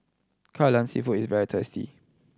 Kai Lan Seafood is very tasty